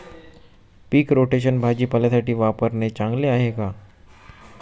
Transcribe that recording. पीक rotation भाजीपाल्यासाठी वापरणे चांगले आहे का?